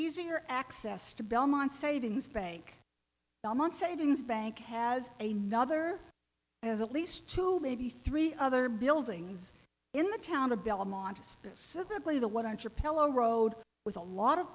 easier access to belmont savings bank belmont savings bank has a nother as at least two maybe three other buildings in the town of belmont specifically the one i'm sure pillow road with a lot of